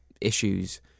issues